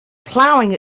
plowing